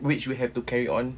which will have to carry on